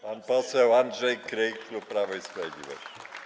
Pan poseł Andrzej Kryj, klub Prawo i Sprawiedliwość.